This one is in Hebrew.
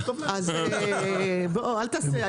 אז אל תעשה,